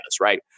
right